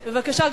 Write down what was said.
בבקשה,